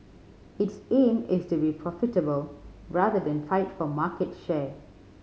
its aim is to be profitable rather than fight for market share